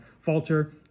falter